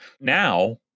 Now